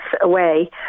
away